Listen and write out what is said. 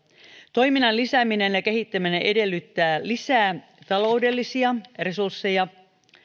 toiminnan lisääminen ja kehittäminen edellyttää lisää taloudellisia resursseja